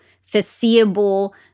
foreseeable